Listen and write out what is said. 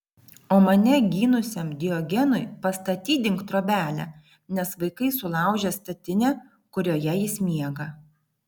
o mane gynusiam diogenui pastatydink trobelę nes vaikai sulaužė statinę kurioje jis miega